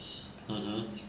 (uh huh)